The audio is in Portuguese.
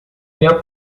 minha